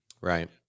Right